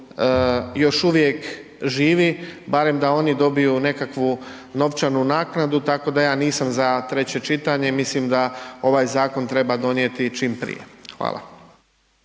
još uvijek živi barem da oni dobiju nekakvu novčanu naknadu, tako da ja nisam za 3 čitanje i mislim da ovaj zakon treba donijeti čim prije. Hvala.